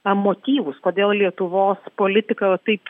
na motyvus kodėl lietuvos politika taip